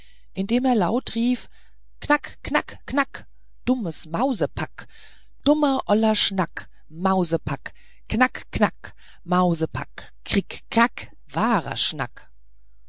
indem er laut rief knack knack knack dummes mausepack dummer toller schnack mausepack knack knack mausepack krick und krack wahrer schnack